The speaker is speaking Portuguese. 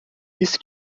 isso